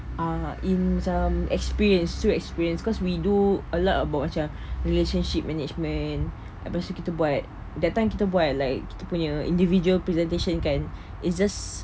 uh in macam experience through experience cause we do a lot buat macam relationship management lepas tu kita buat the time kita buat like kita punya individual presentation kan it just